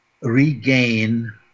regain